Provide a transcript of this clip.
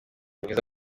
mwiza